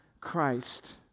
Christ